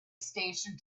station